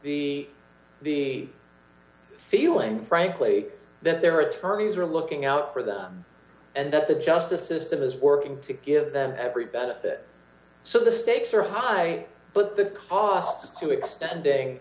the the feeling frankly that their attorneys are looking out for them and that the justice system is working to give them every benefit so the stakes are high but the costs to extending